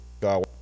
go